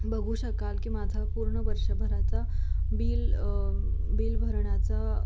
बघू शकाल की माझा पूर्ण वर्षभराचा बिल बिल भरण्याचा